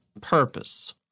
purpose